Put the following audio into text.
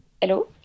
hello